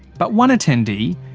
but one attendee,